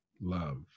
love